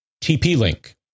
TP-Link